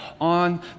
on